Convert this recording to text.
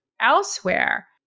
elsewhere